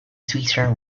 sweeter